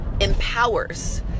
empowers